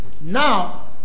now